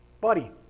Buddy